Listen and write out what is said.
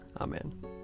Amen